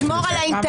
ממש לא.